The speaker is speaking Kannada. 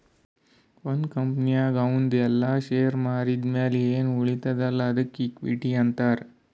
ಒಂದ್ ಕಂಪನಿನಾಗ್ ಅವಂದು ಎಲ್ಲಾ ಶೇರ್ ಮಾರಿದ್ ಮ್ಯಾಲ ಎನ್ ಉಳಿತ್ತುದ್ ಅಲ್ಲಾ ಅದ್ದುಕ ಇಕ್ವಿಟಿ ಅಂತಾರ್